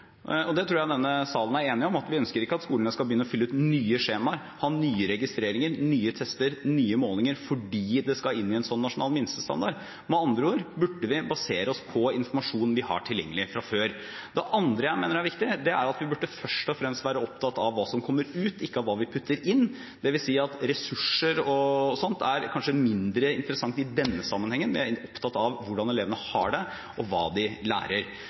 Det tror jeg man i denne salen er enige om. Vi ønsker ikke at skolene skal begynne å fylle ut nye skjemaer, ha nye registreringer, nye tester og nye målinger fordi det skal inn i en nasjonal minstestandard. Med andre ord burde vi basere oss på informasjonen vi har tilgjengelig fra før. Det andre jeg mener er viktig, er at vi først og fremst burde være opptatt av hva som kommer ut – ikke av hva vi putter inn. Det vil si at ressurser og sånt kanskje er mindre interessant i denne sammenheng. Vi er opptatt av hvordan elevene har det, og hva de lærer.